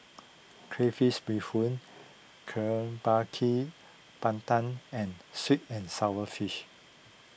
Crayfish BeeHoon Kuih Bar Kee Pandan and Sweet and Sour Fish